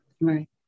Right